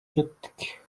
кеттик